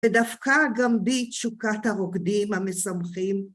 ודווקא גם בתשוקת הרוקדים המשמחים.